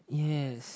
yes